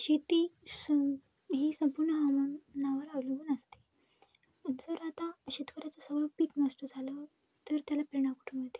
शेती सं ही संपूर्ण हमानावर अवलंबून असते जर आता शेतकऱ्याचं सगळं पिक नष्ट झालं तर त्याला प्रेरणा कुठून येते